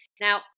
Now